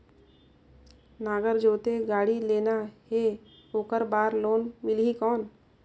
नागर जोते गाड़ी लेना हे ओकर बार लोन मिलही कौन?